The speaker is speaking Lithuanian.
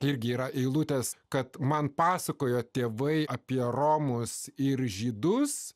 irgi yra eilutės kad man pasakojo tėvai apie romus ir žydus